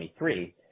2023